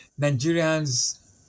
Nigerians